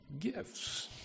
gifts